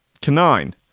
Canine